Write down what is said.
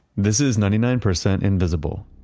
this is ninety nine percent invisible,